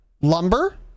lumber